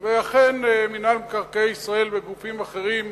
ואכן, מינהל מקרקעי ישראל וגופים אחרים,